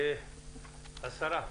השרה.